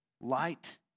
Light